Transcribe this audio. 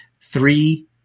three